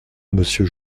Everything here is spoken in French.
monsieur